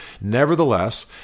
nevertheless